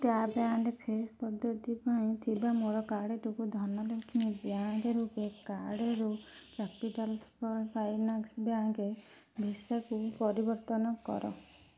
tap and pay ପଦ୍ଧତି ପାଇଁ ଥିବା ମୋର କାର୍ଡ଼ଟିକୁ ଧନଲକ୍ଷ୍ମୀ ବ୍ୟାଙ୍କ୍ ରୂପେ କାର୍ଡ଼୍ରୁ କ୍ୟାପିଟାଲ୍ ସ୍ମଲ୍ ଫାଇନାନ୍ସ ବ୍ୟାଙ୍କ୍ ଭିସାକୁ ପରିବର୍ତ୍ତନ କର